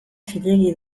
zilegi